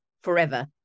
forever